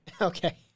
Okay